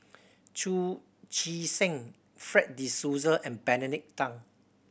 Chu Chee Seng Fred De Souza and Benedict Tan